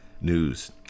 news